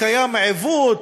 קיים עיוות,